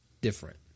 different